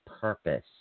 purpose